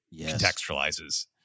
contextualizes